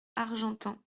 argentan